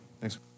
thanks